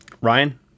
Ryan